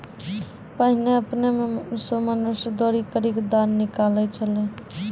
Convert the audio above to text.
पहिने आपने सें मनुष्य दौरी करि क दाना निकालै छलै